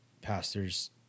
pastors